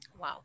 wow